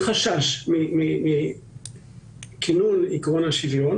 חשש מכינון עקרון השוויון.